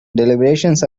deliberations